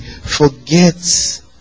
forgets